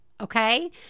Okay